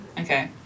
Okay